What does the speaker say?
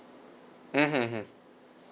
mmhmm hmm